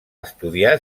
estudiar